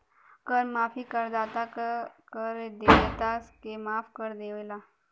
कर माफी करदाता क कर देयता के माफ कर देवला